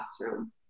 classroom